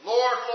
Lord